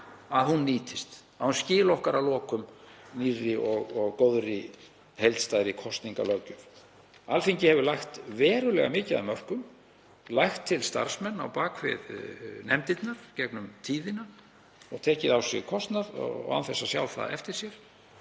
mál nýtist, að hún skili okkur að lokum nýrri og góðri heildstæðri kosningalöggjöf. Alþingi hefur lagt verulega mikið af mörkum, lagt til starfsmenn á bak við nefndirnar gegnum tíðina og tekið á sig kostnað og án þess að sjá það eftir sér